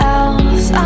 else